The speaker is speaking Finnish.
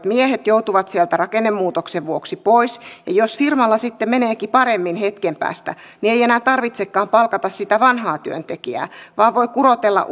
miehet joutuvat töistä rakennemuutoksen vuoksi pois ja jos firmalla sitten meneekin paremmin hetken päästä niin ei enää tarvitsekaan palkata sitä vanhaa työntekijää vaan voi kurotella